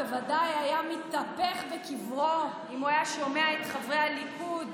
בוודאי היה מתהפך בקברו אם הוא היה שומע את חברי הליכוד,